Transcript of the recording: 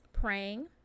praying